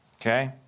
Okay